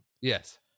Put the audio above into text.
Yes